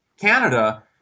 Canada